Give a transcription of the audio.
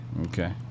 Okay